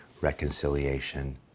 reconciliation